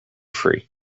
free